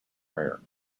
rare